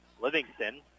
Livingston